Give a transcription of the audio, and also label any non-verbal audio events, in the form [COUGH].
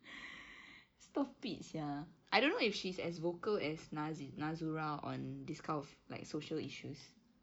[BREATH] stop it sia I don't know if she's as vocal as nazu~ nazurah on this kind of like social issues